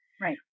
Right